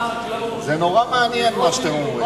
זה נורא מעניין מה שאתם אומרים.